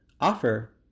offer